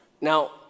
Now